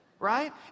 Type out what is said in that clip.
Right